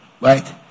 right